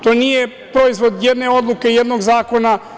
To nije proizvod jedne odluke, jednog zakona.